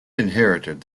inherited